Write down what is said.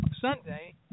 Sunday